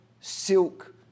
silk